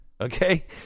okay